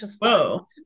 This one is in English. Whoa